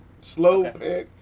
slow